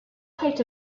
coat